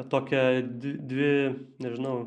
tokia dvi nežinau